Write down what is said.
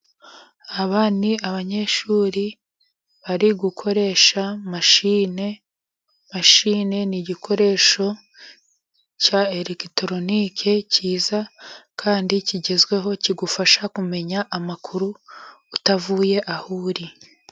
Aba ni abanyeshuri bari gukoresha mashine. Mashine ni igikoresho cya elegitoronike cyiza kandi kigezweho, kigufasha kumenya amakuru utavuye aho uri.